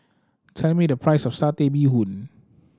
tell me the price of Satay Bee Hoon